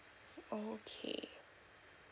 okay